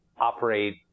operate